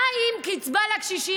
מה עם קצבה לקשישים?